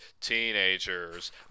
teenagers